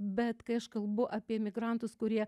bet kai aš kalbu apie emigrantus kurie